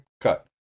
cut